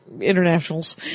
internationals